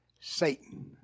Satan